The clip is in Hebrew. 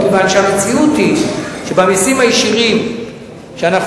מכיוון שהמציאות היא שבמסים הישירים שאנחנו